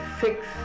six